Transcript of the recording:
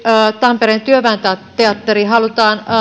tampereen työväen teatteri halutaan